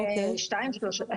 בסופו של דבר